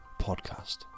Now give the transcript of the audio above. podcast